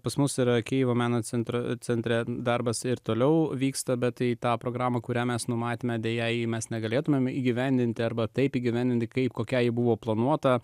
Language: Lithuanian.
pas mus yra kijevo meno centro centre darbas ir toliau vyksta bet į tą programą kurią mes numatėme deja mes negalėtumėme įgyvendinti arba taip įgyvendinti kaip kokia ji buvo planuota